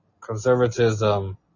conservatism